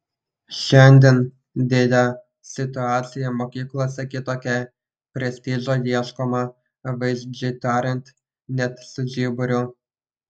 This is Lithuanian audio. šiandien deja situacija mokyklose kitokia prestižo ieškoma vaizdžiai tariant net su žiburiu